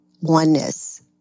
oneness